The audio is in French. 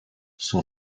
son